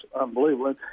unbelievable